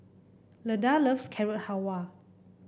Leda loves Carrot Halwa